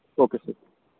okay sir